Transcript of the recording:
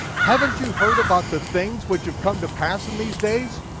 haven't you heard about the things which have come to pass in these days?